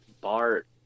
Bart